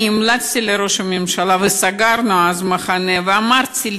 אני המלצתי לראש הממשלה, וסגרנו אז מחנה, ואמרתי: